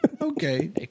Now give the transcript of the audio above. Okay